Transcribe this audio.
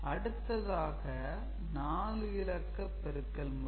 அடுத்ததாக 4 இலக்க பெருக்கல் முறை